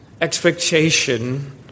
expectation